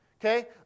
Okay